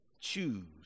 choose